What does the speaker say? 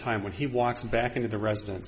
time when he walks back into the residen